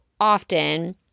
often